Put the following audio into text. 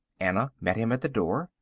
anna met him at the door.